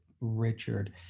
Richard